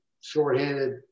shorthanded